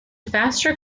faster